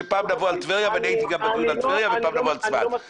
שפעם נבוא ונדון על טבריה ואחר כך כל על רשות אחרת.